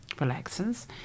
relaxes